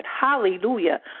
Hallelujah